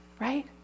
right